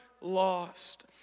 lost